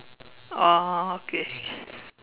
oh okay